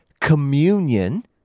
communion